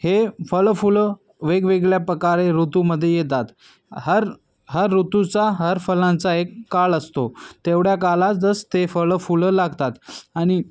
हे फळंफुलं वेगवेगळ्या प्रकारे ऋतूमध्ये येतात हर हर ऋतूचा हर फळांचा एक काळ असतो तेवढ्या काळात जसं ते फळंफुलं लागतात आणि